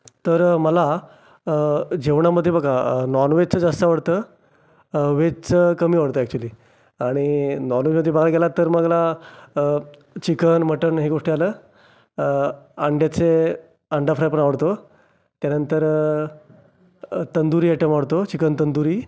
तर मला जेवणामध्ये बघा नॉनवेजचं जास्त आवडतं वेजचं कमी आवडतं ॲक्च्युली आणि नॉनवेजमध्ये बघायला गेलात तर मला चिकन मटन हे गोष्टी आलं अंड्याचे अंडा फ्राय पण आवडतो त्यानंतर तंदुरी ॲटम आवडतो चिकन तंदुरी